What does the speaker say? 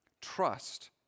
Trust